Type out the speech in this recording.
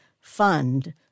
fund